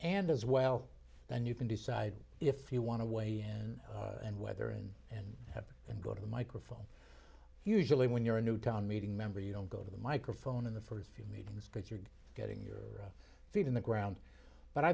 and as well then you can decide if you want to weigh in and whether in and have and go to the microphone usually when you're a new town meeting member you don't go to the microphone in the first few meetings but you're getting your feet on the ground but i